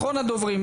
אחרון הדוברים,